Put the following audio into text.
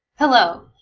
hello!